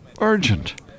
urgent